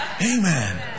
Amen